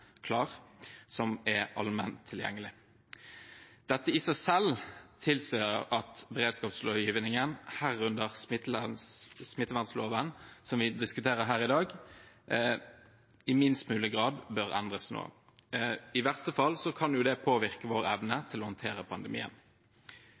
klar som er allment tilgjengelig. Dette i seg selv tilsier at beredskapslovgivningen, herunder smittevernloven som vi diskuterer i dag, i minst mulig grad bør endres nå. I verste fall kan det påvirke vår evne